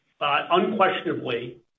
Unquestionably